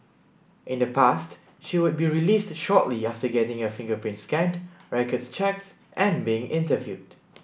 in the past she would be released shortly after getting her fingerprints scanned records checked and being interviewed